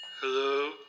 Hello